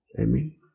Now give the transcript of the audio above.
Amen